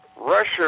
Russia